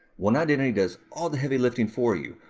one identity does all the heavy lifting for you.